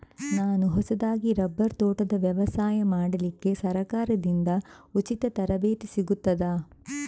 ನಾನು ಹೊಸದಾಗಿ ರಬ್ಬರ್ ತೋಟದ ವ್ಯವಸಾಯ ಮಾಡಲಿಕ್ಕೆ ಸರಕಾರದಿಂದ ಉಚಿತ ತರಬೇತಿ ಸಿಗುತ್ತದಾ?